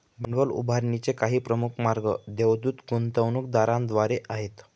भांडवल उभारणीचे काही प्रमुख मार्ग देवदूत गुंतवणूकदारांद्वारे आहेत